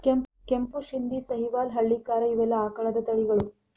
ಕೆಂಪು ಶಿಂದಿ, ಸಹಿವಾಲ್ ಹಳ್ಳಿಕಾರ ಇವೆಲ್ಲಾ ಆಕಳದ ತಳಿಗಳು